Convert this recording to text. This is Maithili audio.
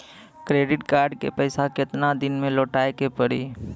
क्रेडिट कार्ड के पैसा केतना दिन मे लौटाए के पड़ी?